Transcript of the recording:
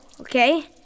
okay